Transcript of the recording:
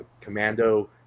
commando